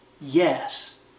Yes